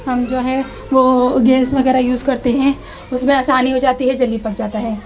ہم جو ہے وہ گیس وغیرہ یوز کرتے ہیں اس میں آسانی ہو جاتی ہے جلدی پک جاتا ہے